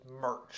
merch